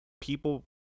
people